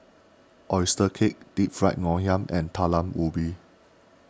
Oyster Cake Deep Fried Ngoh Hiang and Talam Ubi